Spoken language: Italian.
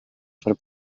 fare